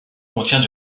contient